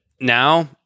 now